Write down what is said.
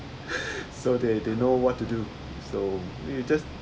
so they they know what to do so you just